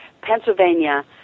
Pennsylvania